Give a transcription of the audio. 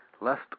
Lest